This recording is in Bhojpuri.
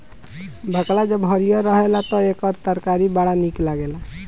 बकला जब हरिहर रहेला तअ एकर तरकारी बड़ा निक लागेला